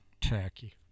turkey